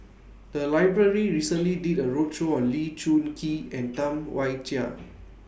The Library recently did A roadshow on Lee Choon Kee and Tam Wai Jia